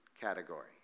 category